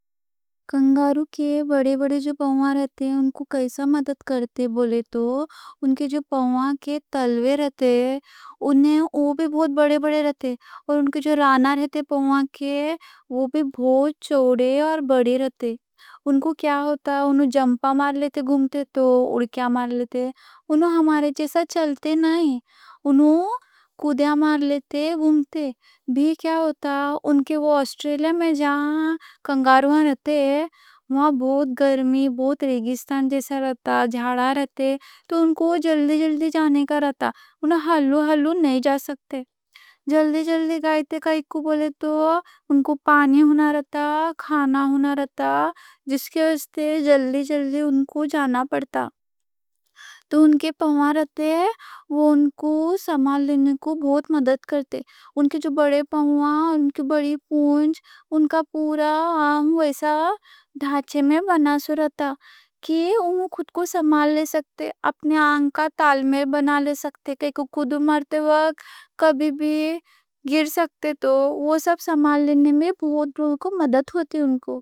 کنگارو کے بڑے بڑے پاؤں رہتے، انکوں کیسا مدد کرتے بولے تو ان کے پاؤں کے تلوے رہتے، وہ بھی بہت بڑے بڑے رہتے، اور ان کی رانیں بھی بہت چوڑی اور بڑی رہتی۔ انکوں کیا ہوتا، جمپا مار لیتے، گھومتے تو اڑکیا مار لیتے۔ انہوں ہمارے جیسا چلتے نہیں، انہوں گھومتے بھی کیا ہوتا۔ آسٹریلیا میں جہاں کنگارو رہتے وہاں بہت گرمی، بہت ریگستان جیسا رہتا، جھاڑا رہتا، تو انکوں جلدی جلدی جانے کا رہتا۔ انہوں ہولے ہولے نہیں جا سکتے، جلدی جلدی جاتے۔ کائیں کوں بولے تو انکوں پانی ہونا رہتا، کھانا ہونا رہتا، جس کے واسطے جلدی جلدی انکوں جانا پڑتا۔ تو ان کے پاؤں رہتے، وہ انکوں سامان لینے کو بہت مدد کرتے۔ ان کے جو بڑے پاؤں، ان کی بڑی پونچ، ان کا پورا ویسا ڈھانچے میں بنا ہوتا کہ انہوں خود کو سامان لے سکتے، اپنے تال میں بنا لے سکتے۔ کائیں کوں کودّو مارتے وقت کبھی بھی گر سکتے تو وہ سب سامان لینے میں بہت بہت کو مدد ہوتے انکوں۔